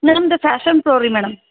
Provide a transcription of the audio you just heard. ನನ್ನದು fashion pro ರೀ madam